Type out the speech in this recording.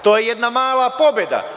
To je jedna mala pobeda.